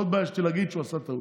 לא התביישתי להגיד שהוא עשה טעות.